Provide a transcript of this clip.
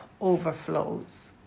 overflows